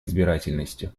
избирательности